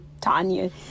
Tanya